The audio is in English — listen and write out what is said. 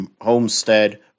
Homestead